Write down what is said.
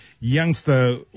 youngster